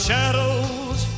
Shadows